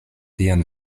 vian